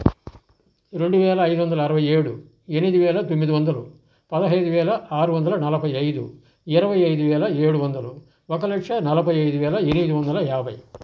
రెండు వేల ఐదు వందల అరవై ఏడు ఎనిమిది వేల తొమ్మిదివందలు పదహైదు వేల ఆరు వందల నలభై ఐదు ఇరవై ఐదు వేల ఏడు వందలు ఒక లక్ష నలభై ఐదువేల ఎనిమిది వందల యాభై